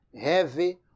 heavy